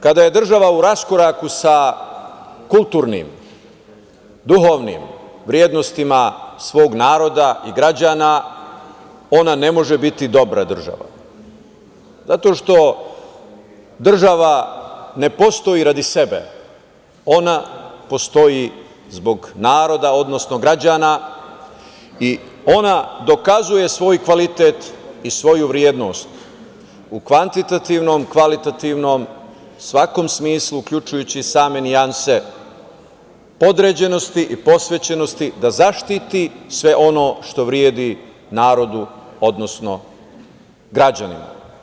Kada je država u raskoraku sa kulturnim, duhovnim vrednostima svog naroda i građana ona ne može biti dobra država, zato što država ne postoji radi sebe, ona postoji zbog naroda, odnosno građana i ona dokazuje svoj kvalitet i svoju vrednost u kvantitativno, kvalitativnom, svakom smislu, uključujući i sam nijanse podređenosti i posvećenosti da zaštiti sve ono što vredi narodu, odnosno građanima.